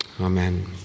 amen